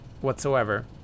whatsoever